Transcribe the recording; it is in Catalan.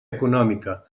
econòmica